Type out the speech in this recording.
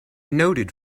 noted